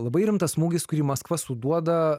labai rimtas smūgis kurį maskva suduoda